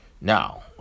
now